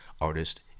artist